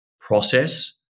process